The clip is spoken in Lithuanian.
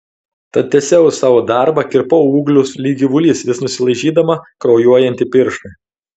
tad tęsiau savo darbą kirpau ūglius lyg gyvulys vis nusilaižydama kraujuojantį pirštą